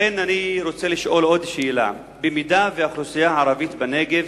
לכן אני רוצה לשאול עוד שאלה: במידה שהאוכלוסייה הערבית בנגב